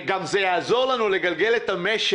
זה גם יעזור לנו לגלגל את המשק.